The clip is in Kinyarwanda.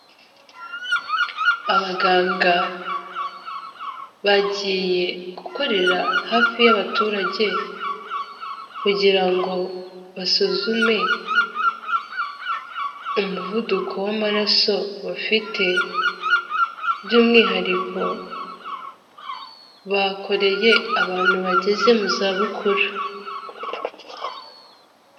Abaganga bagiye gukorera hafi y'abaturage, kugirango basuzume umuvuduko w'amaraso bafite, by'umwihariko bakoreye abantu bageze mu zabukuru.